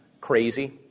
crazy